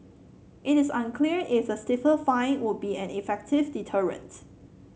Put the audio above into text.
it is unclear if the stiffer fine would be an effective deterrent